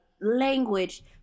language